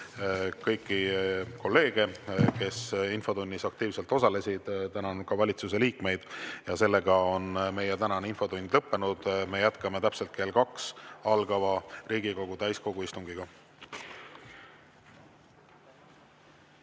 kõiki kolleege, kes infotunnis aktiivselt osalesid. Tänan ka valitsuse liikmeid. Meie tänane infotund on lõppenud. Me jätkame täpselt kell kaks algava Riigikogu täiskogu istungiga.